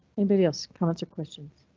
anybody else comments or questions?